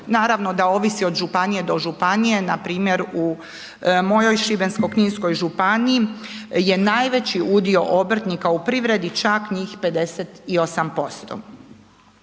Naravno da ovisi od županije do županije npr. u mojoj Šibensko-kninskoj županiji je najveći udio obrtnika u privredi, čak njih 58%.